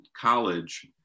college